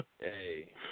Hey